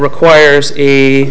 requires a